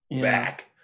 back